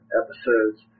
episodes